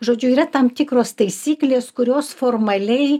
žodžiu yra tam tikros taisyklės kurios formaliai